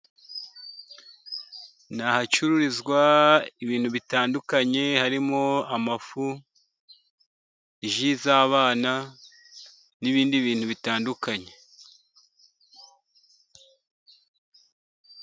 Ni ahacururizwa ibintu bitandukanye harimo: amafu, ji z'abana n'ibindi bintu bitandukanye.